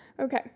Okay